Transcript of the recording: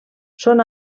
són